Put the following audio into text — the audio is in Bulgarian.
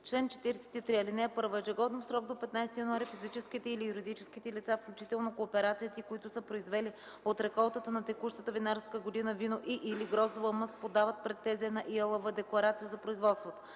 чл. 43: „Чл. 43. (1) Ежегодно в срок до 15 януари физическите или юридическите лица, включително кооперациите, които са произвели от реколтата на текущата винарска година вино и/или гроздова мъст, подават пред ТЗ на ИАЛВ декларация за производството.